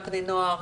בני נוער,